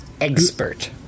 expert